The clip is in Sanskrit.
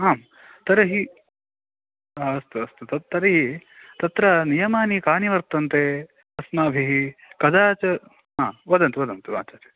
आं तर्हि अस्तु अस्तु तत् तर्हि तत्र नियमानि कानि वर्तन्ते अस्माभिः कदा च हा वदन्तु वदन्तु वदन्तु